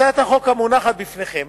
הצעת החוק המונחת בפניכם